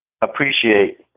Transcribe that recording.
appreciate